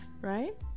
right